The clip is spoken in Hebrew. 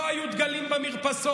לא היו דגלים במרפסות,